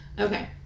Okay